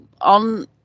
on